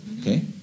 okay